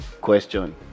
question